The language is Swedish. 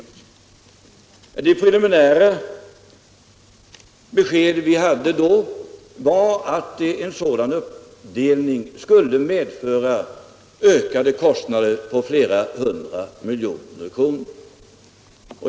Den preliminära uppgift vi hade då var att en sådan uppdelning skulle medföra ökade kostnader på flera hundra miljoner kronor.